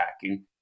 packing